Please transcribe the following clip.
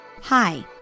Hi